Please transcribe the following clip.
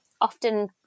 often